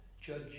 judge